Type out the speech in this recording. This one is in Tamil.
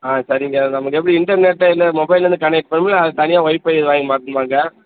ஆ சரிங்க நம்மளது எப்படி இன்டர்நெட்டு இந்த மொபைல்லேருந்து கனெக்ட் பண்ணுவோம்லே அது தனியாக ஒய்ஃபை வாங்கி மாட்டணுமாங்க